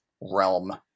realm